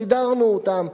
סידרנו אותם,